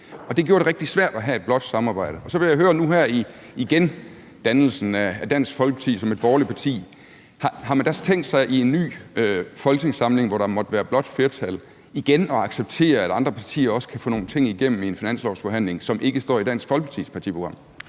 det gjorde det rigtig svært at have et blåt samarbejde. Så jeg vil høre, om man nu her i gendannelsen af Dansk Folkeparti som et borgerligt parti har tænkt sig i en ny folketingssamling, hvor der måtte være blåt flertal, igen at acceptere, at andre partier også kan få nogle ting igennem i en finanslovsforhandling, som ikke står i Dansk Folkepartis partiprogram.